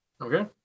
Okay